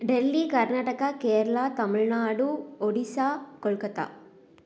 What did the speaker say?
Delhi Karnataka Kerala Tamil Nadu Odisha Kolkata